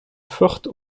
forte